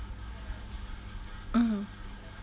hmm